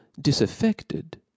disaffected